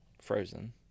frozen